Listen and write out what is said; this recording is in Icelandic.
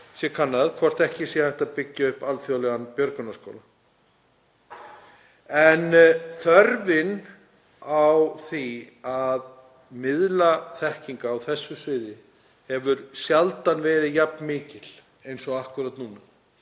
að kannað verði hvort ekki sé hægt að byggja upp alþjóðlegan björgunarskóla á Íslandi. Þörfin á því að miðla þekkingu á þessu sviði hefur sjaldan verið jafn mikil og akkúrat núna.